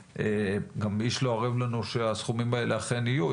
גם איש לא ערב לנו שהסכומים האלה אכן יהיו.